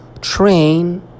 train